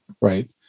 right